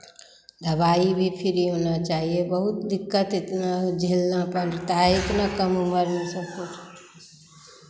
दबाई भी फ्री होना चाहिए बहुत दिक्कत इतना झेलना पड़ता है इतना कम उम्र में सब कुछ